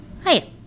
Hi